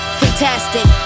fantastic